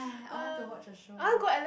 !hais! I want to watch a show